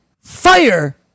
fire